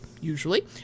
usually